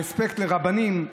רספקט לרבנים,